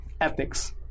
ethics